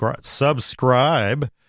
subscribe